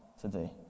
today